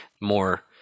more